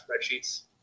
spreadsheets